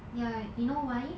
ya you know why